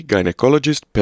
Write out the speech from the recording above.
Gynecologist